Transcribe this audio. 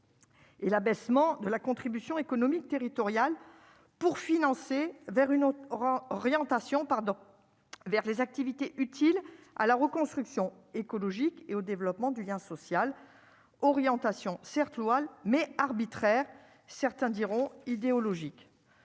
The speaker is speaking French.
Et l'abaissement de la contribution économique territoriale pour financer vers une autre aura rien tation pardon vers les activités utiles à la reconstruction écologique et au développement du lien social, orientation certes louable mais arbitraire, certains diront idéologique